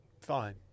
Fine